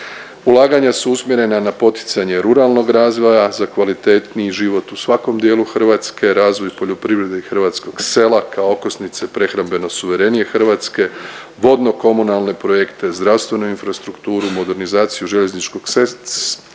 Ulaganja su usmjerena na poticanje ruralnog razvoja za kvalitetniji život u svakom dijelu Hrvatske, razvoju poljoprivrede i hrvatskog sela kao okosnice prehrambeno suverenije Hrvatske, vodno komunalne projekte, zdravstvenu infrastrukturu, modernizaciju željezničkog sektora,